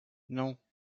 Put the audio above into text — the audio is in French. non